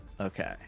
Okay